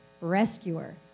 rescuer